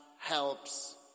helps